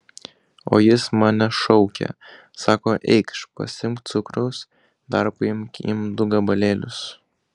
o jis mane šaukė sako eikš pasiimk cukraus dar paimk imk du gabalėlius